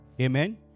Amen